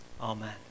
Amen